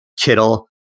Kittle